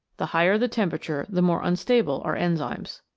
the higher the temperature the more unstable are enzymes.